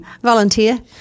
Volunteer